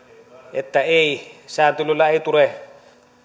että sääntelyllä ei tule jos